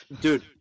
Dude